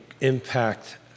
impact